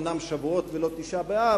אומנם ברוח שבועות ולא תשעה באב,